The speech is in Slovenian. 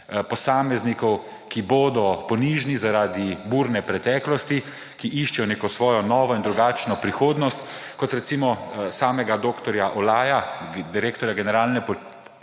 posameznikov, ki bodo ponižni zaradi burne preteklosti, ki iščejo neko svojo novo in drugačno prihodnost, kot recimo samega dr. Olaja, generalnega